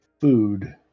food